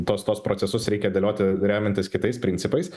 tuos tuos procesus reikia dėlioti remiantis kitais principais